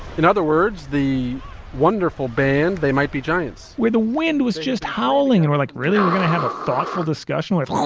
in other words, the wonderful band, they might be giants where the wind was just howling and we like really we're going to have a thoughtful discussion with um